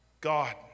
God